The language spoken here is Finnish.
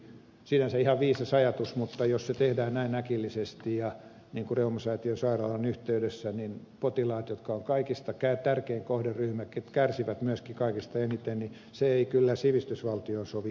sinänsä ihan viisas ajatus mutta jos se tehdään näin äkillisesti niin kuin reumasäätiön sairaalan yhteydessä niin potilaat jotka ovat kaikista tärkein kohderyhmä ja jotka kärsivät myöskin kaikista eniten niin se ei kyllä sivistysvaltioon sovi ollenkaan